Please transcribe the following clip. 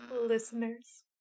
listeners